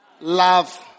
love